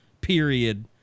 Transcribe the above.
period